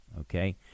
okay